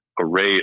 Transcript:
array